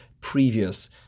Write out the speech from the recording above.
previous